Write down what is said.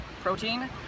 Protein